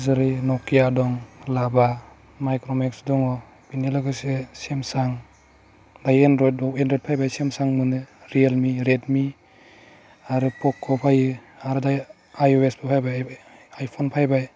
जेरै नकिया दं लाभा माइक्रमेक्स दङ बेनि लोगोसे सेमसां दायो एनरयद दं एनरयड फैबाय सेमसां मोनो रियेलमि रेडमि आरो पक' फैयो आरो दायो आइअएस फैबाय आइफन फैबाय